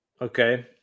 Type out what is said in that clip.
okay